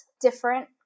different